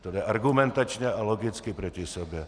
To jde argumentačně a logicky proti sobě.